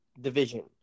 division